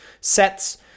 sets